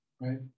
right